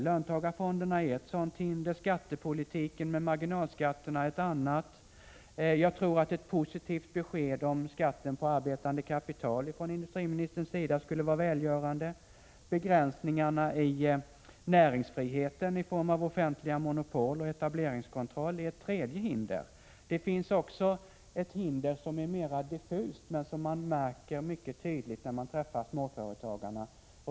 Löntagarfonderna är ett hinder, skattepolitiken med marginalskatterna ett annat. Jag tror att ett positivt besked om skatten på arbetande kapital från industriministerns sida skulle vara välgörande. Begränsningarna i näringsfriheten i form av offentliga monopol och etableringskontroll är ett tredje hinder. Det finns också ett hinder som är mer diffust, men som man märker mycket tydligt när man träffar småföretagarna.